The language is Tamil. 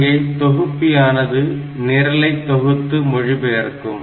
அங்கே தொகுப்பியானது நிரலை தொகுத்து மொழிபெயர்க்கும்